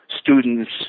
students